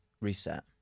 reset